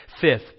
Fifth